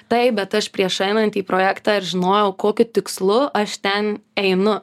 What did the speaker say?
taip bet aš prieš einant į projektą ir žinojau kokiu tikslu aš ten einu